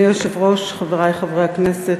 אדוני היושב-ראש, חברי חברי הכנסת,